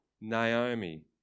Naomi